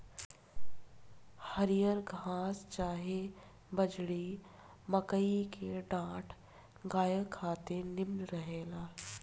हरिहर घास चाहे बजड़ी, मकई के डांठ गाया खातिर निमन रहेला